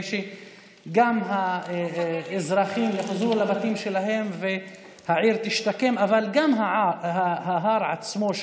גם כדי שהאזרחים יחזרו לבתים שלהם והעיר תשתקם וגם כדי שההר עצמו,